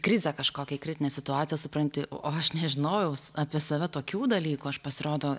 krizę kažkokią į kritinę situaciją supranti o aš nežinojau apie save tokių dalykų aš pasirodo